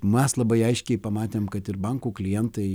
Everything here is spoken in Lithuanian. mes labai aiškiai pamatėm kad ir bankų klientai